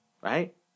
Right